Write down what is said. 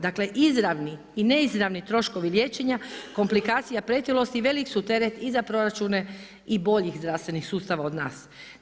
Dakle, izravni i neizravni troškovi liječenja komplikacija pretilosti, velik su teret i za proračune i boljih zdravstvenih sustava od nas.